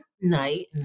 night